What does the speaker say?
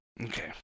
Okay